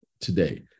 today